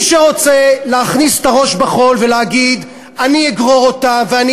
מי שרוצה להכניס את הראש בחול ולהגיד: אני אגרור אותה ואני